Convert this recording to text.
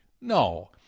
No